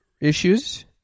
issues